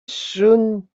soon